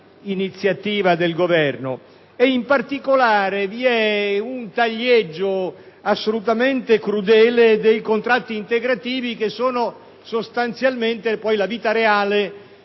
In particolare, vi è una taglieggio assolutamente crudele dei contratti integrativi che sostanzialmente poi sono la vita reale